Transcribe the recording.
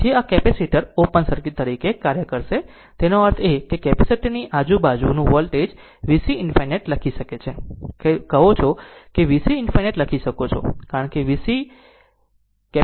તેથી આ capacitor open circuit તરીકે કાર્ય કરશે તેનો અર્થ એ કે કેપેસિટર ની આજુબાજુનું વોલ્ટેજ VC ∞ લખી શકે છે કહી શકો છો VC ∞ લખી શકો છો